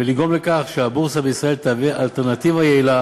ולגרום לכך שהבורסה בישראל תהווה אלטרנטיבה יעילה